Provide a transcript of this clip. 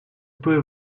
peux